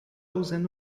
usando